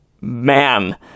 man